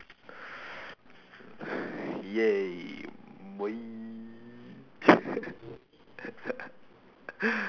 !yay! boy